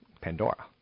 Pandora